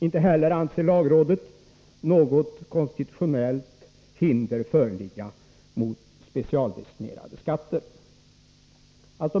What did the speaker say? Inte heller anser lagrådet något konstitutionellt hinder föreligga mot specialdestinerade skatter.